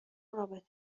رابطه